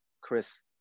Chris